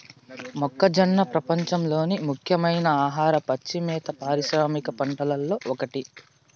మొక్కజొన్న ప్రపంచంలోని ముఖ్యమైన ఆహార, పచ్చి మేత పారిశ్రామిక పంటలలో ఒకటి